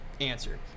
answer